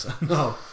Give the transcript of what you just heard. no